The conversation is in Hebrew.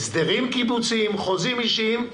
הסדרים קיבוציים, חוזים אישיים.